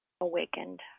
Awakened